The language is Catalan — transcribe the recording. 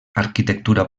arquitectura